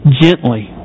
gently